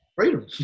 freedom